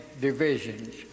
divisions